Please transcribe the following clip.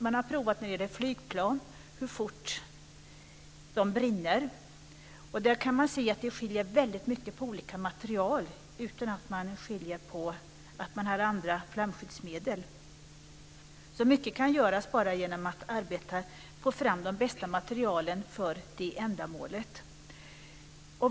Man har prövat hur fort flygplan brinner. Man kan se att det skiljer väldigt mycket mellan olika material. Mycket kan alltså göras bara genom att man får fram de bästa materialen för detta ändamål.